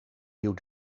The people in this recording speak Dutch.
nieuw